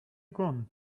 gone